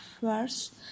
first